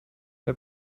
wer